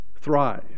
thrive